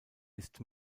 ist